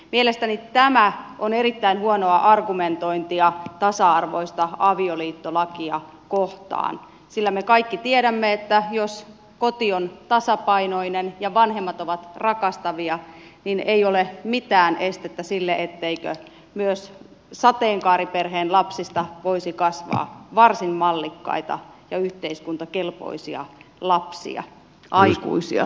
mielestäni tämä on erittäin huonoa argumentointia tasa arvoista avioliittolakia kohtaan sillä me kaikki tiedämme että jos koti on tasapainoinen ja vanhemmat ovat rakastavia niin ei ole mitään estettä sille etteikö myös sateenkaariperheen lapsista voisi kasvaa varsin mallikkaita ja yhteiskuntakelpoisia aikuisia